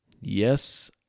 Yes